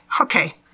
okay